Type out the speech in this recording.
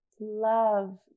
Love